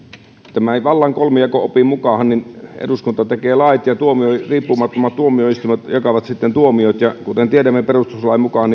vallan kolmijako opin mukaan eduskunta tekee lait ja ja riippumattomat tuomioistuimet jakavat sitten tuomiot ja kuten tiedämme perustuslain mukaan